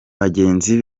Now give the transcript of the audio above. bagenzi